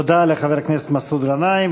תודה לחבר הכנסת מסעוד גנאים.